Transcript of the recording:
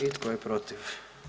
I tko je protiv?